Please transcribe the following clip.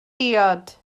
diod